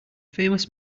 famous